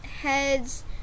heads